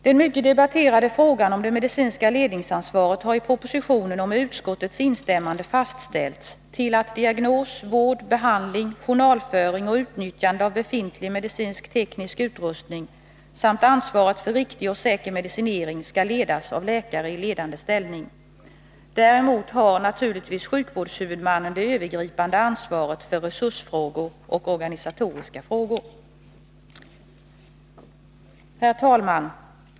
Den mycket debatterade frågan om det medicinska ledningsansvaret har i propositionen och med utskottets instämmande fastställts till att diagnos, vård, behandling, journalföring och utnyttjande av befintlig medicinskteknisk utrustning samt ansvaret för riktig och säker medicinering skall ledas av läkare i ledande ställning. Däremot har naturligtvis sjukvårdshuvudmannen det övergripande ansvaret för resursfrågor och organisatoriska frågor. Herr talman!